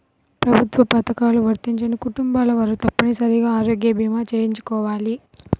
ప్రభుత్వ పథకాలు వర్తించని కుటుంబాల వారు తప్పనిసరిగా ఆరోగ్య భీమా చేయించుకోవాలి